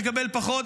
תקבל פחות.